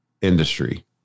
industry